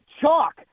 chalk